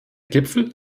gipfel